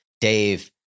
Dave